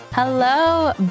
Hello